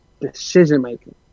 decision-making